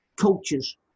coaches